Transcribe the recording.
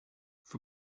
for